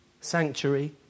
sanctuary